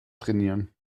trainieren